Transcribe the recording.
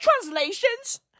translations